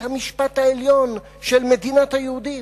בית-המשפט העליון של מדינת היהודים.